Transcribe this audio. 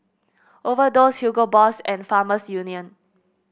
Overdose Hugo Boss and Farmers Union